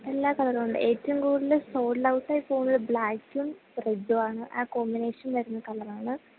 എല്ലാ കളറുമുണ്ട് ഏറ്റവും കൂടുതൽ സോൾഡ് ഔട്ടായി പോകുന്നത് ബ്ലാക്കും റെഡുമാണ് ആ കോമ്പിനേഷൻ വരുന്ന കളറാണ്